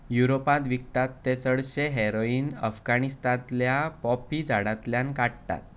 युरोपांत विकतात तें चडशें हेरोइन अफगाणिस्तानांतल्या पॉपी झाडांतल्यान काडटात